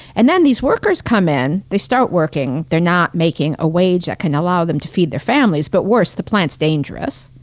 and then these workers come in, they start working. they're not making a wage that ah can allow them to feed their families. but worse, the plant's dangerous.